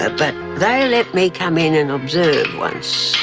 ah but they let me come in and observe once.